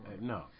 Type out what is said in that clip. No